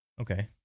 Okay